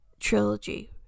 trilogy